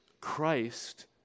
Christ